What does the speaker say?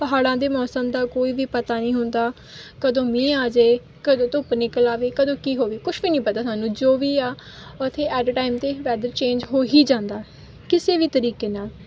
ਪਹਾੜਾਂ ਦੇ ਮੌਸਮ ਦਾ ਕੋਈ ਵੀ ਪਤਾ ਨਹੀਂ ਹੁੰਦਾ ਕਦੋਂ ਮੀਂਹ ਆ ਜੇ ਕਦੋਂ ਧੁੱਪ ਨਿਕਲ ਆਵੇ ਕਦੋਂ ਕੀ ਹੋਵੇ ਕੁਛ ਵੀ ਨਹੀਂ ਪਤਾ ਸਾਨੂੰ ਜੋ ਵੀ ਆ ਉੱਥੇ ਐਟ ਏ ਟਾਈਮ 'ਤੇ ਵੈਦਰ ਚੇਂਜ ਹੋ ਹੀ ਜਾਂਦਾ ਕਿਸੇ ਵੀ ਤਰੀਕੇ ਨਾਲ